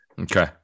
Okay